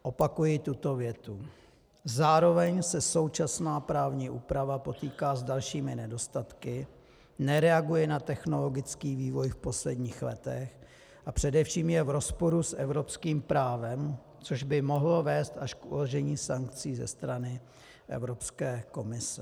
Opakuji tuto větu: Zároveň se současná právní úprava potýká s dalšími nedostatky, nereaguje na technologický vývoj v posledních letech a především je v rozporu s evropským právem, což by mohlo vést až k uložení sankcí ze strany Evropské komise.